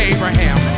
Abraham